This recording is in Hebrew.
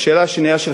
שאלתך השנייה,